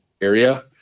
area